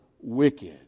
wicked